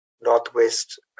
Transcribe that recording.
Northwest